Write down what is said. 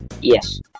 Yes